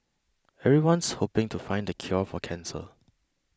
everyone's hoping to find the cure for cancer